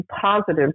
positive